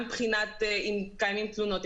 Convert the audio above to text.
אם קיימות תלונות,